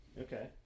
Okay